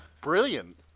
Brilliant